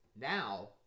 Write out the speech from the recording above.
now